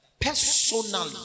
Personally